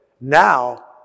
Now